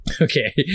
Okay